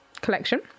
collection